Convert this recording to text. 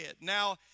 Now